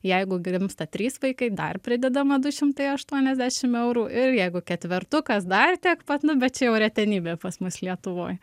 jeigu gimsta trys vaikai dar pridedama du šimtai aštuoniasdešimt eurų ir jeigu ketvertukas dar tiek pat nu bet čia jau retenybė pas mus lietuvoj